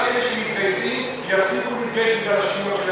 גם אלה שמתגייסים יפסידו, חבר הכנסת דרעי,